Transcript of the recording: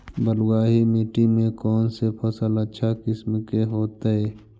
बलुआही मिट्टी में कौन से फसल अच्छा किस्म के होतै?